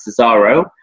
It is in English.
Cesaro